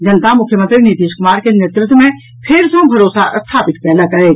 जनता मुख्यमंत्री नीतीश कुमार के नेतृत्व मे फेर सॅ भरोसा स्थापित कयलक अछि